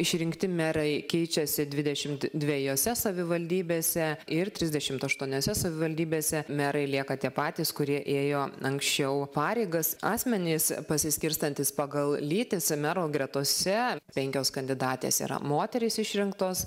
išrinkti merai keičiasi dvidešimt dviejose savivaldybėse ir trisdešimt aštuoniose savivaldybėse merai lieka tie patys kurie ėjo anksčiau pareigas asmenys pasiskirstantys pagal lytis mero gretose penkios kandidatės yra moterys išrinktos